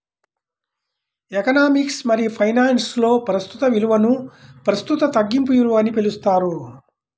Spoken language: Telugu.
ఎకనామిక్స్ మరియుఫైనాన్స్లో, ప్రస్తుత విలువనుప్రస్తుత తగ్గింపు విలువ అని పిలుస్తారు